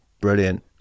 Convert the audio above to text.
Brilliant